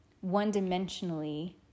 one-dimensionally